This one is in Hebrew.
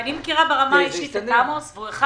אני מכירה ברמה האישית את עמוס והוא אחד